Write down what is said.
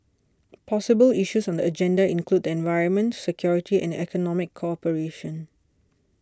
possible issues on the agenda include the environment security and economic cooperation